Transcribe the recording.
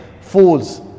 falls